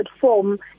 form